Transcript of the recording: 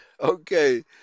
okay